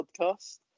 podcast